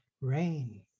rain